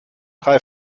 drei